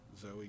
Zoe